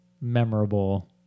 memorable